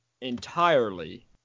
entirely